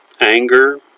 anger